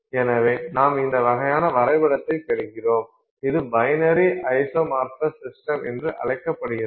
எனவே நாம் இந்த வகையான வரைபடத்தைப் பெறுகிறோம் இது பைனரி ஐசோமார்பஸ் சிஸ்டம் என்று அழைக்கப்படுகிறது